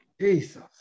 Jesus